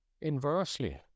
Inversely